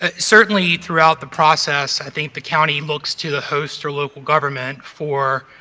ah certainly throughout the process, i think the county looks to the host or local government for